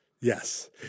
Yes